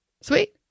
Sweet